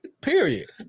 Period